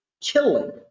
killing